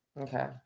okay